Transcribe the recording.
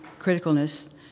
criticalness